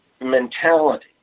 mentality